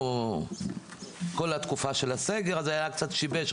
כל תקופת הסגר קצת שיבשה,